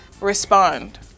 respond